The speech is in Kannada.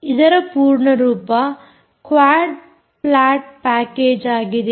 ಇದರ ಪೂರ್ಣರೂಪ ಕ್ವಾಡ್ ಫ್ಲಾಟ್ ಪ್ಯಾಕೇಜ್ ಆಗಿದೆ